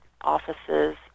offices